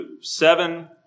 seven